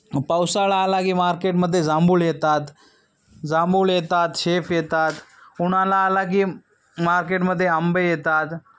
पावसाळा आला की मार्केटमध्ये जांभूळ येतात जांभूळ येतात शेफ येतात उन्हाळा आला की मार्केटमध्ये आंबे येतात